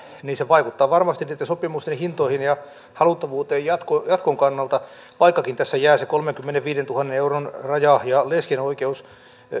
vaikuttaa varmasti niitten sopimusten hintoihin ja haluttavuuteen jatkon jatkon kannalta vaikkakin tässä jää se kolmenkymmenenviidentuhannen euron raja ja lesken oikeus